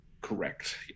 Correct